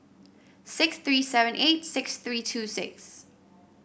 six three seven eight six three two six